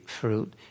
fruit